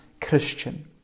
Christian